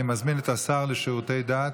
אני מזמין את השר לשירותי דת